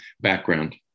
background